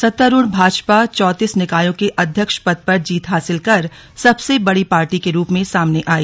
सत्तारूढ़ भाजपा चौंतीस निकायों के अध्यक्ष पद पर जीत हासिल कर सबसे बड़ी पार्टी के रूप में सामने आई